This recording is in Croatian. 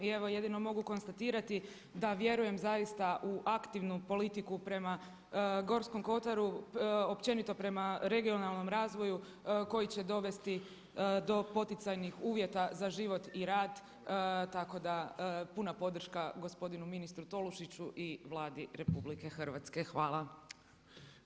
I evo jedino mogu konstatirati da vjerujem zaista u aktivnu politiku prema Gorskom kotaru, općenito prema regionalnom razvoju koji će dovesti do poticajnih uvjeta za život i rad, tako da puna podrška gospodinu ministru Tolušiću i Vladi RH.